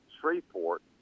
Shreveport